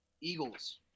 Eagles